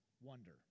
wonder